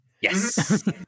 yes